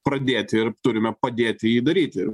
pradėti ir turime padėti jį daryti